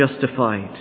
justified